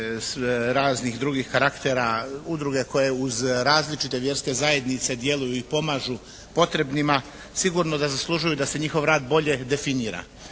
raznih drugih karaktera, udruga koje uz različite vjerske zajednice djeluju i pomažu potrebnima, sigurno da zaslužuju da se njihov rad bolje definira